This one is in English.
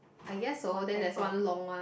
I guess so then there's one long one